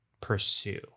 pursue